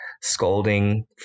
scolding